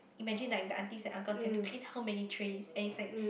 imagine like the aunties and uncles they have to clean how many trays and it's like